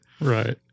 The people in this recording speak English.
Right